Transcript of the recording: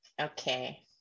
Okay